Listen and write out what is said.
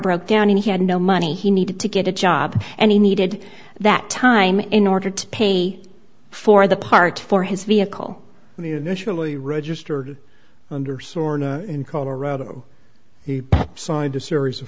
broke down and he had no money he needed to get a job and he needed that time in order to pay for the parts for his vehicle and the initially registered under sorn in colorado he signed a series of